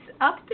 up